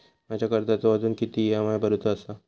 माझ्या कर्जाचो अजून किती ई.एम.आय भरूचो असा?